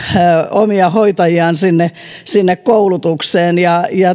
omia hoitajiaan sinne sinne koulutukseen ja